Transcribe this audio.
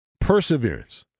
perseverance